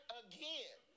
again